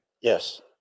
Yes